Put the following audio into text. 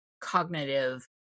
cognitive